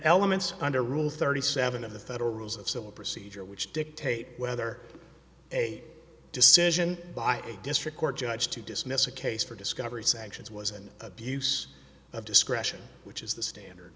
elements under rule thirty seven of the federal rules of civil procedure which dictate whether a decision by a district court judge to dismiss a case for discovery's actions was an abuse of discretion which is the standard